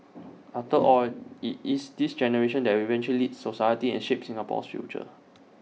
after all IT is this generation that will eventually society and shape Singapore's future